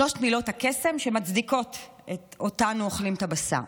שלוש מילות הקסם שמצדיקות אותנו כשאנו אוכלים את הבשר.